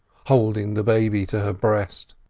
holding the baby to her breast.